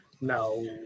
No